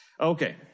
Okay